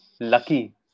lucky